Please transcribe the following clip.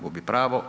Gubi pravo.